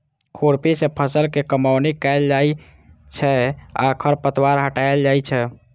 खुरपी सं फसल के कमौनी कैल जाइ छै आ खरपतवार हटाएल जाइ छै